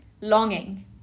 Longing